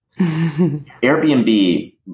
Airbnb